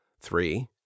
Three